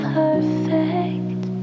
perfect